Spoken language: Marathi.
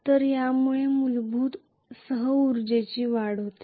तर यामुळे मूलभूत सह उर्जेची वाढ होते